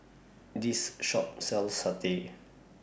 This Shop sells Satay